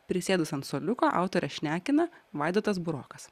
prisėdus ant suoliuko autorę šnekina vaidotas burokas